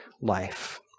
life